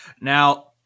now